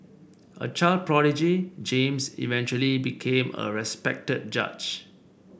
a child prodigy James eventually became a respected judge